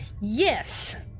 Yes